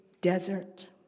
desert